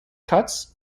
cuts